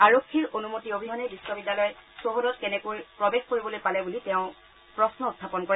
আৰক্ষীয়ে অনুমতি অবিহনে বিশ্ববিদ্যালয় চৌহদত কেনেকৈ প্ৰৱেশ কৰিবলৈ পালে বলিও তেওঁ প্ৰশ্ন উখাপন কৰে